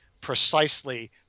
precisely